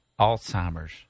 Alzheimer's